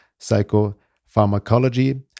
psychopharmacology